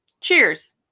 Cheers